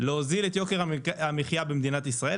להוזיל את יוקר המחיה במדינת ישראל,